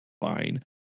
Fine